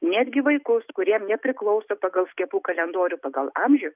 netgi vaikus kuriem nepriklauso pagal skiepų kalendorių pagal amžių